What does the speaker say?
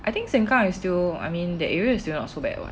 I think sengkang is still I mean that area is still not so bad [what]